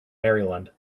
maryland